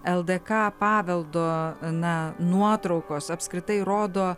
ldk paveldo na nuotraukos apskritai rodo